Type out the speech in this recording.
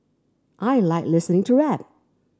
I like listening to rap